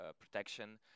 protection